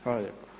Hvala lijepa.